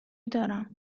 دارم